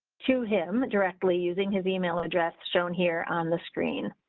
to him directly using his email address, shown here on the screen,